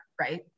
right